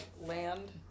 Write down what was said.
land